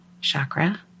chakra